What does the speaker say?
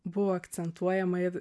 buvo akcentuojama ir